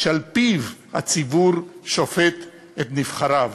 שעל-פיו הציבור שופט את נבחריו.